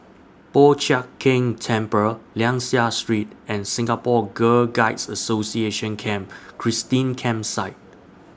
Po Chiak Keng Temple Liang Seah Street and Singapore Girl Guides Association Camp Christine Campsite